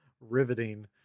riveting